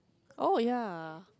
oh ya